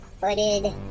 footed